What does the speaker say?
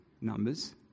Numbers